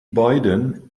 beiden